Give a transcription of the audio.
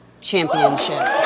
Championship